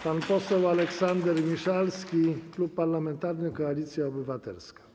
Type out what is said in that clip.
Pan poseł Aleksander Miszalski, Klub Parlamentarny Koalicja Obywatelska.